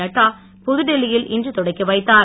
நட்டா புதுடெல்லியில் இன்று தொடக்கி வைத்தார்